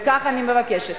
וכך אני מבקשת.